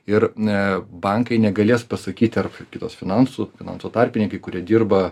ir a bankai negalės pasakyti ar kitos finansų finansų tarpininkai kurie dirba